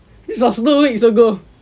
this was two weeks ago